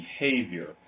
behavior